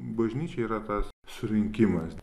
bažnyčia yra tas surinkimas